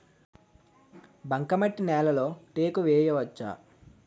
బంకమట్టి నేలలో టేకు వేయవచ్చా?